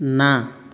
ନା